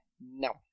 No